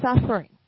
suffering